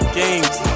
games